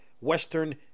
Western